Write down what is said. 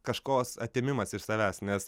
kažkos atėmimas iš savęs nes